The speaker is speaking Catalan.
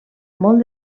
molt